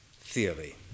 theory